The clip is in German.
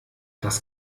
das